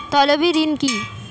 তলবি ঋণ কি?